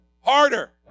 Harder